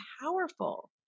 powerful